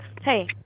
hey